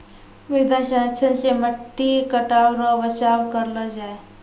मृदा संरक्षण से मट्टी कटाव रो बचाव करलो जाय